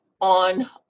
on